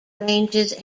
ranges